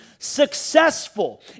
successful